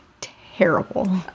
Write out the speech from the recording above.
terrible